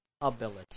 ability